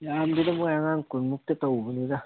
ꯌꯥꯝꯗꯦꯗ ꯃꯣꯏ ꯑꯉꯥꯡ ꯀꯨꯟ ꯃꯨꯛꯇ ꯇꯧꯕꯅꯤꯗ